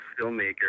filmmaker